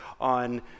on